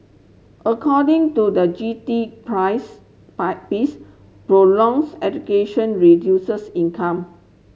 according to the G T price piece prolongs education reduces income